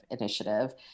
Initiative